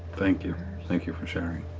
thank you. thank you for sharing.